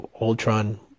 ultron